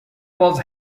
was